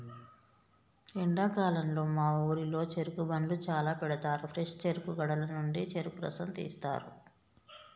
ఎండాకాలంలో మా ఊరిలో చెరుకు బండ్లు చాల పెడతారు ఫ్రెష్ చెరుకు గడల నుండి చెరుకు రసం తీస్తారు